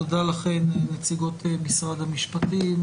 תודה לכן נציגות משרד המשפטים.